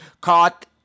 caught